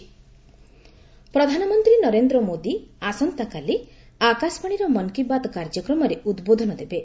ମନ୍ କୀ ବାତ୍ ପ୍ରଧାନମନ୍ତ୍ରୀ ନରେନ୍ଦ୍ର ମୋଦୀ ଆସନ୍ତାକାଲି ଆକାଶବାଶୀର ମନ୍ କୀ ବାତ୍ କାର୍ଯ୍ୟକ୍ରମରେ ଉଦ୍ବୋଧନ ଦେବେ